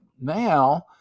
now